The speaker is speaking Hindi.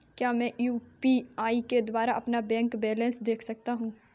क्या मैं यू.पी.आई के द्वारा अपना बैंक बैलेंस देख सकता हूँ?